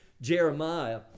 Jeremiah